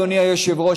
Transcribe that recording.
אדוני היושב-ראש,